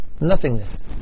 nothingness